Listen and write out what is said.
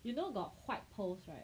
you know got white pearls right